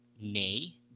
nay